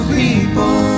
people